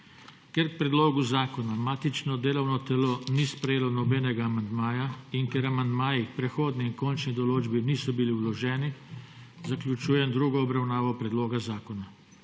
Ker k predlogu zakona matično delovno telo ni sprejelo nobenega amandmaja in ker amandmaji k prehodni in končni določbi niso bili vloženi, zaključujem drugo obravnavo predloga zakona.